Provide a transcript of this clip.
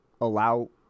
Allow